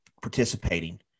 participating